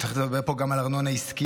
אני צריך לדבר פה גם על ארנונה עסקית.